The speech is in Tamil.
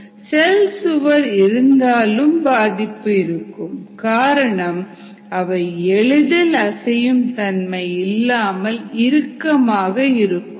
செல்சுவர் இருந்தாலும் பாதிப்பு இருக்கும் காரணம் அவை எளிதில் அசையும் தன்மை இல்லாமல் இறுக்கமாக இருக்கும்